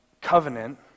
covenant